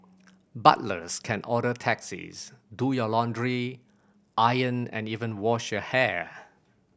butlers can order taxis do your laundry iron and even wash your hair